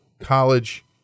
college